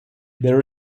there